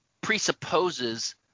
presupposes